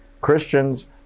Christians